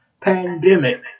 pandemic